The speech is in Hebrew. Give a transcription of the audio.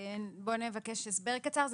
נבקש הסבר קצר.